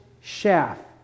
shaft